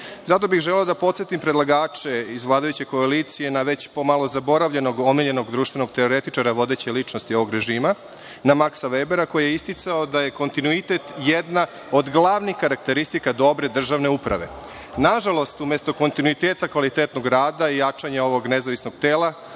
Zato bih želeo da podsetim predlagače iz vladajuće koalicije na već pomalo zaboravljenog omiljenog društvenog teoretičara vodeće ličnosti ovog režima, na Maksa Vebera, koji je isticao da je kontinuitet jedna od glavnih karakteristika dobre državne uprave. Nažalost, umesto kontinuiteta kvalitetnog rada i jačanja ovog nezavisnog tela,